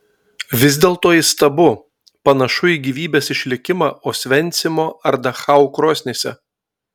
vis dėlto įstabu panašu į gyvybės išlikimą osvencimo ar dachau krosnyse